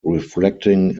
reflecting